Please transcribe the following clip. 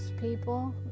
people